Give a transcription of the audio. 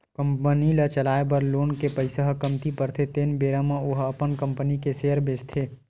company ल चलाए बर लोन के पइसा ह कमती परथे तेन बेरा म ओहा अपन कंपनी के सेयर बेंचथे